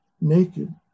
naked